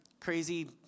crazy